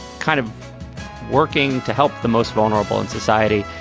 kind of working to help the most vulnerable in society.